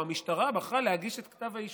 או המשטרה בחרה להגיש את כתב האישום.